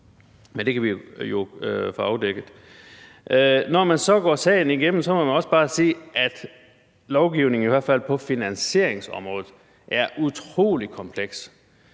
Men det kan vi jo få afdækket. Når man så går sagen igennem, må man også bare sige, at lovgivningen i hvert fald på finansieringsområdet er utrolig kompleks,